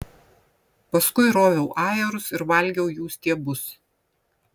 paskui roviau ajerus ir valgiau jų stiebus